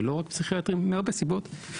אבל לא רק פסיכיאטרים מהרבה סיבות,